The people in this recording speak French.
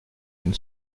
une